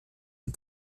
der